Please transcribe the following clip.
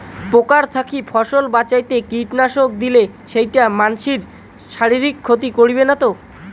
পোকার থাকি ফসল বাঁচাইতে কীটনাশক দিলে সেইটা মানসির শারীরিক ক্ষতি করিবে না তো?